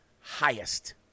highest